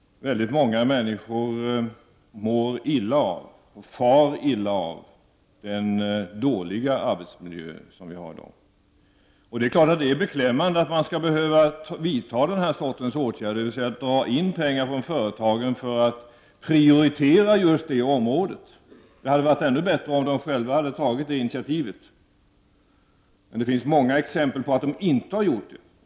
Väldigt många människor mår illa av och far illa av den dåliga arbetsmiljö som finns i dag. Det är klart att det är beklämmande att denna sorts åtgärder skall behöva vidtas, dvs. att man skall dra in pengar från företagen för att prioritera just detta område. Det hade varit ännu bättre om företagen själva hade tagit detta initiativ. Men det finns många exempel på att de inte har gjort det.